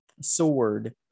Sword